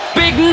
big